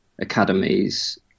academies